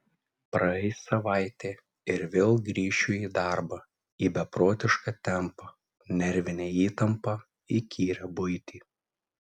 praeis savaitė ir vėl grįšiu į darbą į beprotišką tempą nervinę įtampą įkyrią buitį